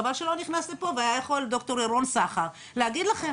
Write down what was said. חבל שהוא לא נכנס לפה והיה יכול ד"ר ירון סחר להגיד לכם,